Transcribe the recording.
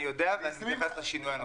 אני יודע ואני מתייחס לשינוי.